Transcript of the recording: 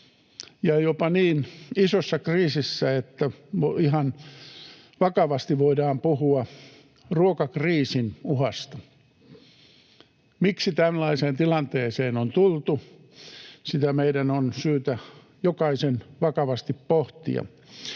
ja jopa niin isossa kriisissä, että ihan vakavasti voidaan puhua ruokakriisin uhasta. Sitä, miksi tällaiseen tilanteeseen on tultu, meidän on syytä jokaisen vakavasti pohtia.